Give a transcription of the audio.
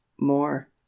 more